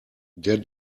der